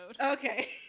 Okay